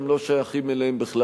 בערים אחרות שהם לא שייכים אליהן בכלל.